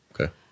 Okay